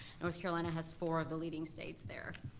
north carolina has four of the leading states there.